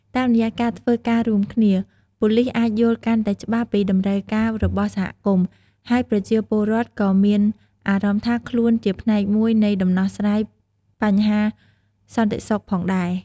តាមរយៈការធ្វើការរួមគ្នា ប៉ូលិសអាចយល់កាន់តែច្បាស់ពីតម្រូវការរបស់សហគមន៍ ហើយប្រជាពលរដ្ឋក៏មានអារម្មណ៍ថាខ្លួនជាផ្នែកមួយនៃដំណោះស្រាយបញ្ហាសន្តិសុខផងដែរ។